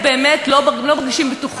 נו,